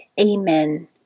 Amen